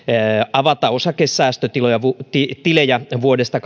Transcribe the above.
avata osakesäästötilejä vuodesta